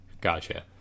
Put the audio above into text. Gotcha